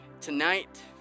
tonight